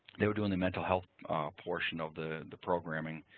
they were doing the mental health portion of the the programming.